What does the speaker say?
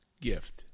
gift